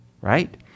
right